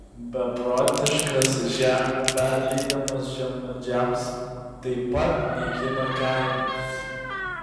beprotiškas žemių perleidimas žemvaldžiams taip pat naikina kaimus